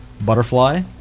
Butterfly